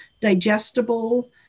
digestible